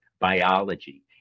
biology